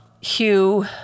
Hugh